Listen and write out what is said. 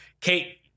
kate